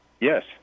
yes